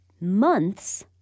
months